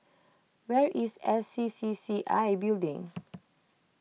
where is S C C C I Building